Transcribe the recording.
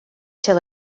till